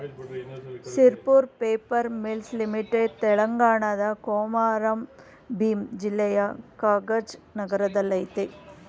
Sirpur paper mills limited ತೆಲಂಗಾಣದ ಕೊಮಾರಂ ಭೀಮ್ ಜಿಲ್ಲೆಯ ಕಗಜ್ ನಗರದಲ್ಲಯ್ತೆ